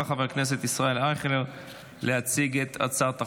חבר הכנסת ישראל אייכלר להציג את הצעת החוק.